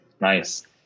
Nice